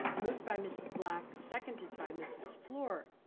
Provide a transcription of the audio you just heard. moved by mrs. black, seconded by mrs. fluor.